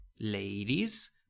ladies